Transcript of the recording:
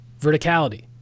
verticality